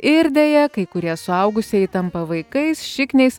ir deja kai kurie suaugusieji tampa vaikais šikniais